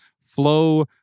flow